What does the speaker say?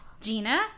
Gina